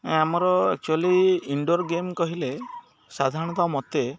ଆମର actually indoor game କହିଲେ ସାଧାରଣତଃ ମତେ